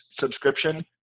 subscription